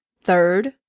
Third